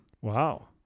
Wow